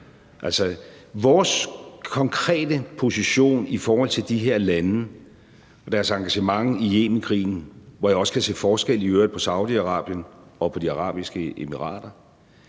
gør. Vores konkrete position i forhold til de her lande og deres engagement i Yemenkrigen, hvor jeg i øvrigt også kan se forskel på Saudi-Arabien og på De Arabiske Emirater,